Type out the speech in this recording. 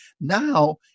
Now